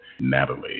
Natalie